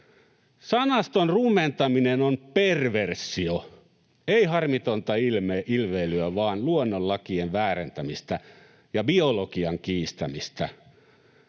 Sanaston rumentaminen on perversio, ei harmitonta ilveilyä vaan luonnonlakien väärentämistä ja biologian kiistämistä.